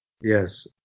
Yes